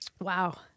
Wow